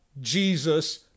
Jesus